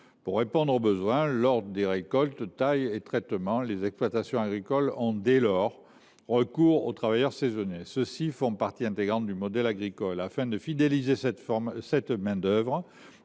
pour répondre aux besoins lors des récoltes, tailles et traitements, les exploitants agricoles ont recours aux travailleurs saisonniers. Ces derniers font partie intégrante du modèle agricole. Afin de fidéliser cette main d’œuvre